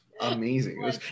amazing